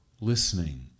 listening